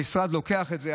המשרד לוקח את זה.